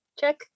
Check